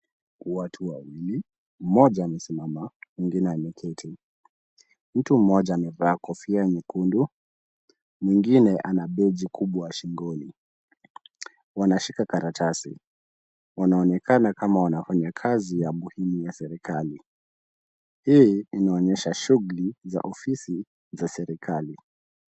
Watu wawili mmoja amesimama mwingine ameketi. Mtu mmoja amevaa kofia nyekundu mwingine ana beji kubwa shingoni. Wanashika karatasi, wanaonekana kama wanafanya kazi ya muhimu ya serikali, hii inaonyesha shughuli za ofisi za serikali.